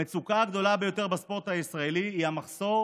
המצוקה הגדולה ביותר בספורט הישראלי היא המחסור